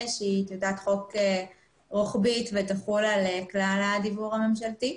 שהיא הצעת חוק רוחבית ותחול על כלל הדיוור הממשלתי.